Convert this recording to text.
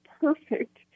perfect